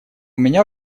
меня